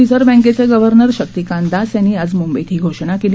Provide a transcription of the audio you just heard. reserve बँकेचे governor Shaktikanta Das यांनी आज मंबईत ही घोषणा केली